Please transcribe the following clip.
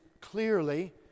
clearly